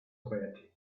quiet